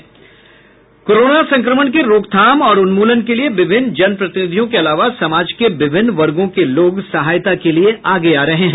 corona संक्रमण के रोकथाम और उन्मूलन के लिए विभिन्न जनप्रतिनिधियों के अलावा समाज के विभिन्न वर्गों के लोग सहायता के लिए आगे आ रहे हैं